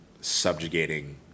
subjugating –